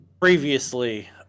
previously